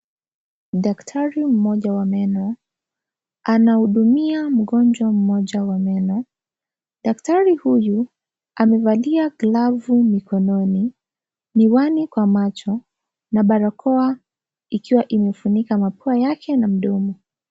Daktari mmoja wa meno anahudumia mgonjwa mmoja wa meno, daktari huyu amevalia glavu mikononi, miwani kwa macho na barakoa ikiwa imefunika mapua yake na mdomo.